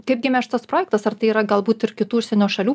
kaip gimė šitas projektas ar tai yra galbūt ir kitų užsienio šalių